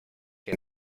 que